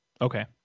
Okay